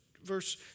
verse